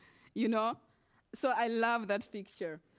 you know so i love that picture.